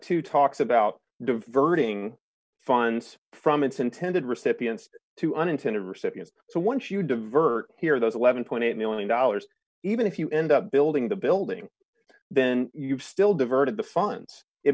two talks about diverting funds from its intended recipients to an intended recipient so once you divert here those eleven point eight million dollars even if you end up building the building then you've still diverted the funds it